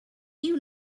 you